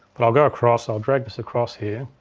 but i'll go across, i'll drag this across here,